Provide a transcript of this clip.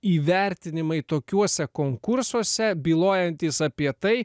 įvertinimai tokiuose konkursuose bylojantys apie tai